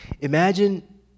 Imagine